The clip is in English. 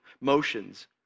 motions